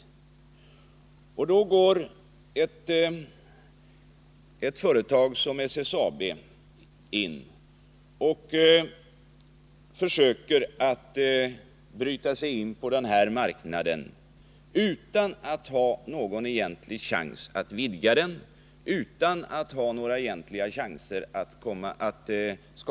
Det kan då inte vara riktigt att ett företag som SSAB med hjälp av statliga medel försöker bryta sig in på marknaden, utan att ha någon egentlig chans att vidga den och utan att ha några reella möjligheter att skapa en export.